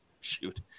shoot